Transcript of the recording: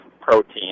protein